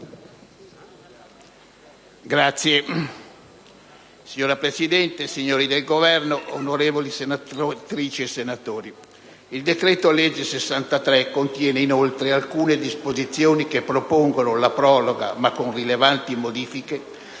*relatore*. Signora Presidente, signori del Governo, onorevoli senatrici e senatori, il decreto-legge n. 63 contiene alcune disposizioni che propongono la proroga, ma con rilevanti modifiche,